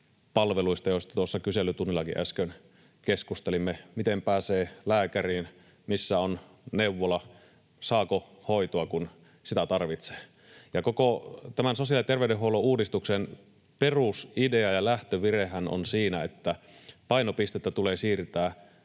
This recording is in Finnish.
palveluista, joista tuossa kyselytunnillakin äsken keskustelimme: miten pääsee lääkäriin, missä on neuvola, saako hoitoa, kun sitä tarvitse. Koko tämän sosiaali- ja terveydenhuollon uudistuksen perusidea ja lähtövirehän on siinä, että painopistettä tulee siirtää